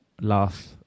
Laugh